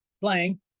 playing